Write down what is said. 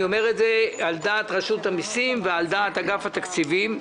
על דעת רשות המסים ועל דעת אגף התקציבים.